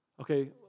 Okay